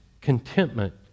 contentment